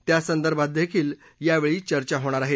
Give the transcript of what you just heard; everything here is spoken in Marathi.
त्या संदर्भात देखील यावेळी चर्चा होणार आहे